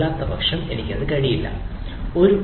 അല്ലാത്തപക്ഷം എനിക്ക് അത് ആക്സസ് ചെയ്യാൻ കഴിയില്ല